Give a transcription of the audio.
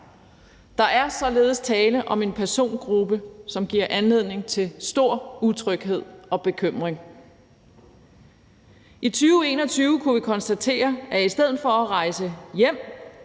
Der er således tale om en persongruppe, som giver anledning til stor utryghed og bekymring. I 2021 kunne vi konstatere, at i stedet for at rejse hjem